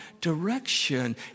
direction